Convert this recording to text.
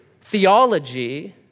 theology